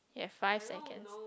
you have five seconds